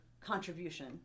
contribution